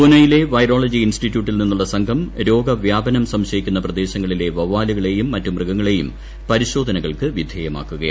പൂനെയിലെ വൈറോളജി ഇൻസ്റ്റിറ്റ്യൂട്ടിൽ നിന്ന്ുളള സംഘം രോഗ വ്യാപനം സംശയിക്കുന്ന പ്രദേശങ്ങളില്ല് വവ്വാലുകളെയും മറ്റ് മൃഗങ്ങളേയും പരിശോധനകൾക്ക് വിധേയമാക്കുകയാണ്